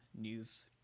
news